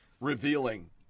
revealing